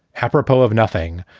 apropos of nothing,